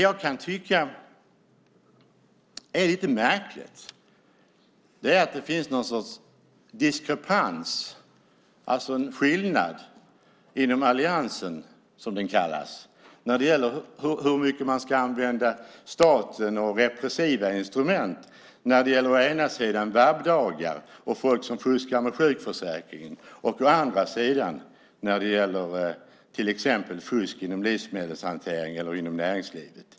Jag kan tycka att det är lite märkligt att det finns någon sorts diskrepans inom alliansen när det gäller hur mycket man ska använda staten och repressiva instrument. Det gäller å ena sidan VAB-dagar och människor som fuskar med sjukförsäkringen och å andra sidan till exempel fusk inom livsmedelshantering eller inom näringslivet.